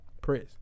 Press